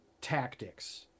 tactics